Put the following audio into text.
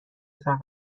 فقط